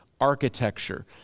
architecture